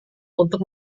untuk